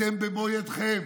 אתם במו ידיכם